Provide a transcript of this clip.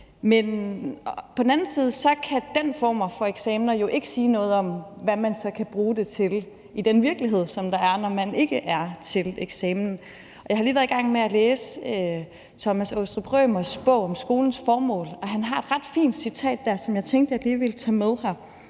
men på den anden side kan den form for eksamener jo ikke sige noget om, hvad man så kan bruge det til i den virkelighed, som der er, når man ikke er til eksamen. Jeg har lige været i gang med at læse Thomas Aastrup Rømers bog om skolens formål, og han har et ret fint citat der, som jeg tænkte, at jeg lige vil tage med her.